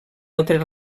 altres